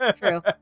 True